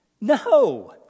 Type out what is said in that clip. No